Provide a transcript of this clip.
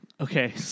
Okay